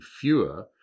fewer